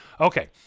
Okay